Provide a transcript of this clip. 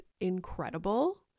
incredible